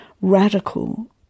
radical